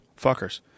fuckers